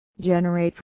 generates